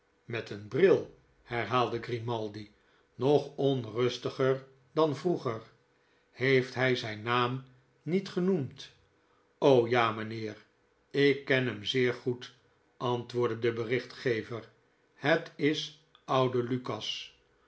met een bril herhaalde grimaldi nog onrustiger dan vroeger heeft hij zijn naam niet genoemd ja mijnheer ik ken hem zeer goed antwoordde de berichtgever het is oude lukas